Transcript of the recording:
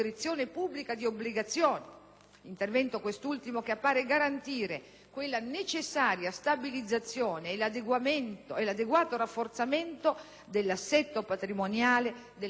intervento quest'ultimo che appare garantire anche la necessaria stabilizzazione e l'adeguato rafforzamento dell'assetto patrimoniale delle nostre aziende di credito.